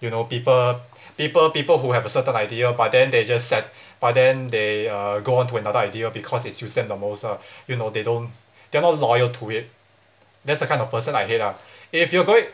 you know people people people who have a certain idea but then they just set but then they uh go on to another idea because it suits them the most ah you know they don't they're not loyal to it that's the kind of person I hate ah if you're going